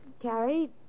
Carrie